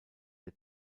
der